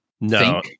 no